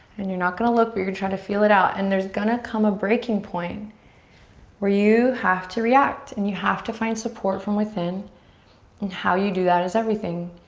and you're not gonna look but you're trying to feel it out. and there's gonna come a breaking point where you have to react and you have to find support from within and how you do that is everything.